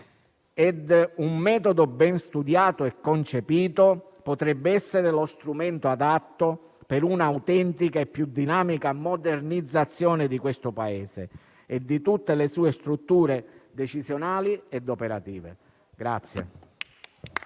un metodo ben studiato e concepito potrebbe essere lo strumento adatto per un'autentica e più dinamica modernizzazione di questo Paese e di tutte le sue strutture decisionali ed operative.